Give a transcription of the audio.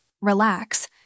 relax